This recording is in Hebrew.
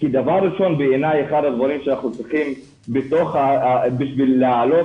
בעיניי אחד הדברים שאנחנו צריכים בשביל להעלות